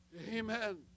Amen